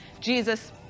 Jesus